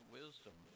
wisdom